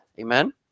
amen